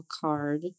card